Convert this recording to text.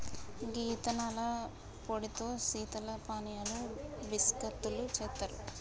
గీ యిత్తనాల పొడితో శీతల పానీయాలు బిస్కత్తులు సెత్తారు